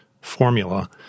formula